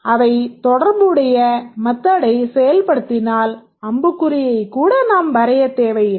அவை தொடர்புடைய மெத்தடை செயல்படுத்தினால் அம்புக்குறியைக் கூட நாம் வரையத் தேவையில்லை